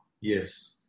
Yes